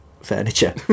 furniture